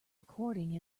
recording